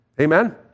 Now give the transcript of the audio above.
Amen